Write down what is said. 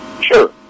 Sure